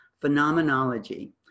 Phenomenology